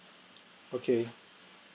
okay